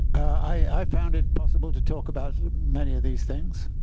i found it possible to talk about many of these things.